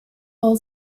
all